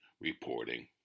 reporting